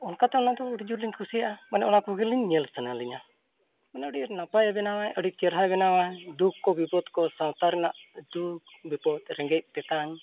ᱚᱱᱠᱟᱛᱮ ᱚᱱᱟ ᱫᱚ ᱟᱹᱰᱤ ᱡᱳᱨᱞᱤᱧ ᱠᱩᱥᱤᱭᱟᱜᱼᱟ ᱢᱟᱱᱮ ᱚᱱᱟ ᱠᱚᱜᱮᱞᱤᱧ ᱧᱮᱞ ᱥᱟᱱᱟᱞᱤᱧᱟ ᱢᱟᱱᱮ ᱟᱹᱰᱤ ᱱᱟᱯᱟᱭᱮ ᱵᱮᱱᱟᱣᱟᱭ ᱟᱹᱰᱤ ᱪᱮᱨᱦᱟᱭ ᱵᱮᱱᱟᱣᱟᱭ ᱫᱩᱠ ᱠᱚ ᱵᱤᱯᱚᱫᱽ ᱠᱚ ᱥᱟᱶᱛᱟ ᱨᱮᱱᱟᱜ ᱫᱩᱠ ᱵᱤᱯᱚᱫᱽ ᱨᱮᱸᱜᱮᱡ ᱛᱮᱛᱟᱝ